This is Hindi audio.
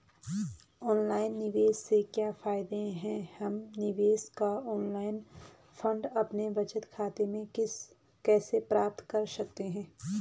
ऑनलाइन निवेश से क्या फायदा है हम निवेश का ऑनलाइन फंड अपने बचत खाते में कैसे प्राप्त कर सकते हैं?